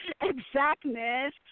Exactness